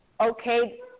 okay